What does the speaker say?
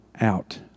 out